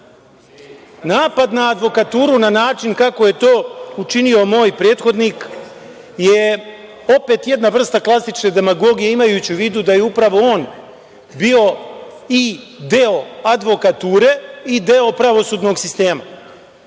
na advokaturu na način kako je to učinio moj prethodnik je opet jedna vrsta klasične demagogije imajući u vidu da je upravo on bio i deo advokature i deo pravosudnog sistema. Pa